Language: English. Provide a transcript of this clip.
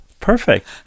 Perfect